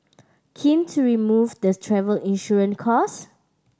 keen to remove the's travel insurance cost